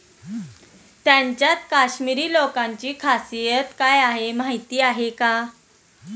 त्यांच्यात काश्मिरी लोकांची खासियत काय आहे माहीत आहे का?